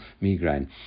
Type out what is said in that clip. migraine